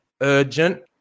urgent